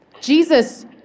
Jesus